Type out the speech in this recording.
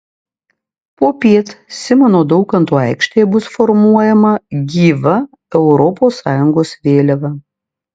popiet simono daukanto aikštėje bus formuojama gyva europos sąjungos vėliava